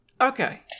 Okay